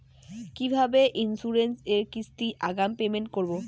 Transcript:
কিভাবে ইন্সুরেন্স এর কিস্তি আগাম পেমেন্ট করবো?